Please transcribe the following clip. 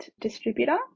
distributor